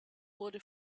wurde